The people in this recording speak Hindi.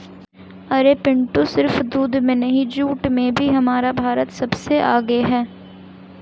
अरे पिंटू सिर्फ दूध में नहीं जूट में भी हमारा भारत सबसे आगे हैं